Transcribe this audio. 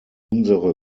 unsere